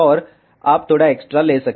और आप थोड़ा एक्स्ट्रा लेते हैं